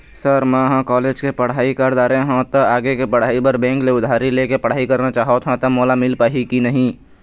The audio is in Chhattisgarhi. सर म ह कॉलेज के पढ़ाई कर दारें हों ता आगे के पढ़ाई बर बैंक ले उधारी ले के पढ़ाई करना चाहत हों ता मोला मील पाही की नहीं?